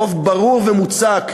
רוב ברור ומוצק,